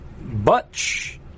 Butch